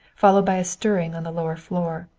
followed by a stirring on the lower floor.